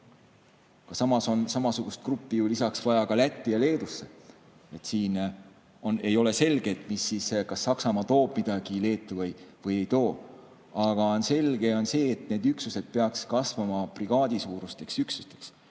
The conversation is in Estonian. Samas on samasugust gruppi lisaks vaja ka Lätti ja Leedusse. Ei ole selge, kas Saksamaa toob midagi Leetu või ei too, aga selge on, et need üksused peaks kasvama brigaadisuurusteks üksusteks.